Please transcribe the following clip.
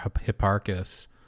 Hipparchus